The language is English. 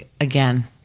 Again